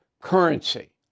currency